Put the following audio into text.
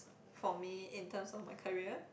for me in terms of my career